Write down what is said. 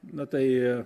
na tai